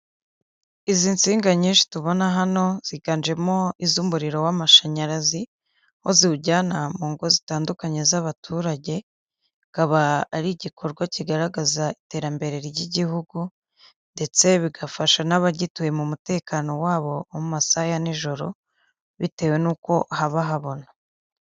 Izi nsinga nyinshi tubona hano ziganjemo iz'umuriro w'amashanyarazi aho ziwujyana mu ngo zitandukanye z'abaturage akaba ari igikorwa kigaragaza iterambere ry'igihugu ndetse bigafasha n'abagituye mu mutekano yabo mu masaya ya nijoro bitewe n'uko haba habona.